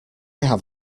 have